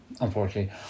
unfortunately